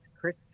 Chris